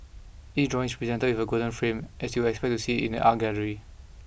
each drawing is presented within a gold frame as you would expect to see in an art gallery